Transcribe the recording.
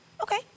Okay